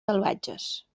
salvatges